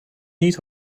niet